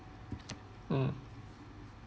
uh